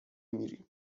میریم